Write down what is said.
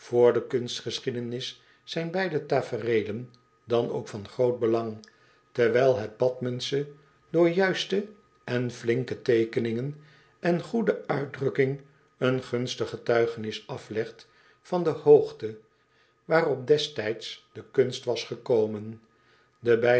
de kunstgeschiedenis zijn beide tafereelen dan ook van groot belang terwijl het bathmensche door juiste en flinke teekening en goede uitdrukking een gunstig getuigenis aflegt van de hoogte waarop destijds de kunst was geklommen